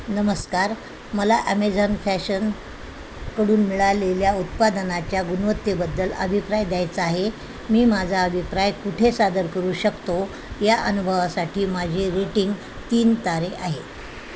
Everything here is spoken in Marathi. नमस्कार मला ॲमेझॉन फॅशनकडून मिळालेल्या उत्पादनाच्या गुणवत्तेबद्दल अभिप्राय द्यायचा आहे मी माझा अभिप्राय कुठे सादर करू शकतो या अनुभवासाठी माझी रेटिंग तीन तारे आहे